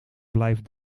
blijft